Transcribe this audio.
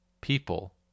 people